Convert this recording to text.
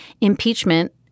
Impeachment